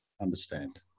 Understand